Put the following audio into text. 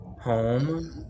home